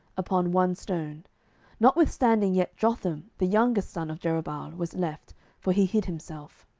upon one stone notwithstanding yet jotham the youngest son of jerubbaal was left for he hid himself.